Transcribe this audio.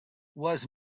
was